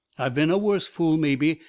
i've been a worse fool, maybe,